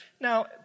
Now